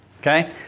Okay